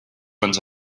went